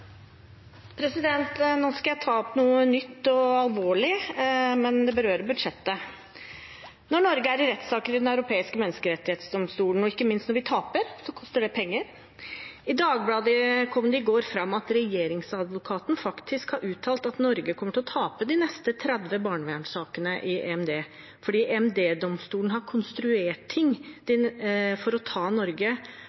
i rettssaker i Den europeiske menneskerettsdomstol, og ikke minst når vi taper, koster det penger. I Dagbladet kom det i går fram at regjeringsadvokaten faktisk har uttalt at Norge kommer til å tape de neste 30 barnevernssakene i EMD, at EMD har konstruert ting